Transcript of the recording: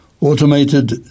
Automated